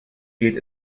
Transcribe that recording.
geht